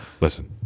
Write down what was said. listen